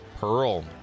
pearl